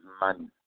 money